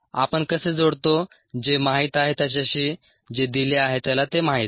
आपण कसे जोडतो जे माहित आहे त्याच्याशी जे दिले आहे त्याला ते माहीत आहे